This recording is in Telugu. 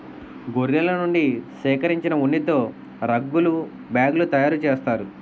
గొర్రెల నుండి సేకరించిన ఉన్నితో రగ్గులు బ్యాగులు తయారు చేస్తారు